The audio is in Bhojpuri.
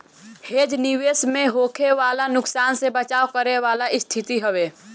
हेज निवेश में होखे वाला नुकसान से बचाव करे वाला स्थिति हवे